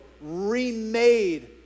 remade